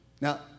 Now